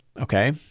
Okay